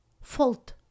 fault